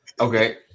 Okay